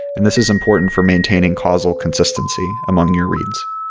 and this is important for maintaining causal consistency among your reads.